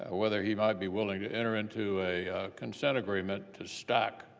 whether he might be willing to enter into a consent agreement to stock